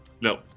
No